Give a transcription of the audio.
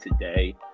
today